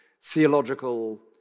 theological